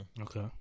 okay